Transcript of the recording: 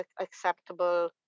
acceptable